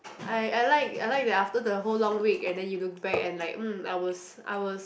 I I like I like that after the whole long week and then you look back and like mm I was I was